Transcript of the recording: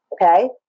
okay